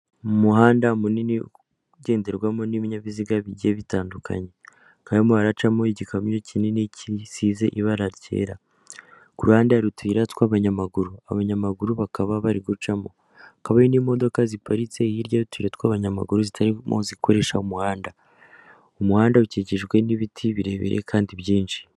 Mu muhanda munini ugenderwamo n'ibinyabiziga bigiye bitandukanye, hakaba harimo haracamo igikamyo kinini kisize ibara ryera, ku ruhande hari utuyira tw'abanyamaguru, abanyamaguru bakaba bari gucamo, hakaba n'imodoka ziparitse hirya y'utuyira tw'abanyamaguru zitarimo zikoresha umuhanda, umuhanda ukikijwe n'ibiti birebire kandi byinshi.